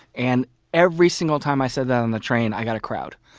and every single time i said that on the train, i got a crowd.